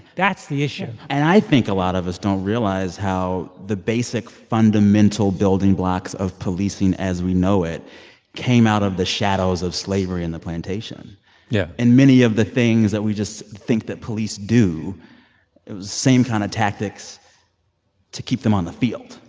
that's the issue and i think a lot of us don't realize how the basic fundamental building blocks of policing as we know it came out of the shadows of slavery and the plantation yeah and many of the things that we just think that police do same kind of tactics to keep them on the field,